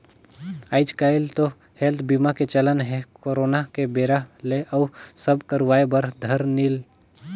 आएज काएल तो हेल्थ बीमा के चलन हे करोना के बेरा ले अउ सब करवाय बर धर लिन